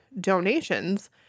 donations